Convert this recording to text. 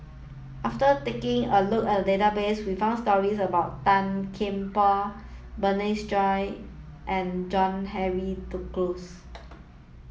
after taking a look at the database we found stories about Tan Kian Por Bernice Ong and John Henry Duclos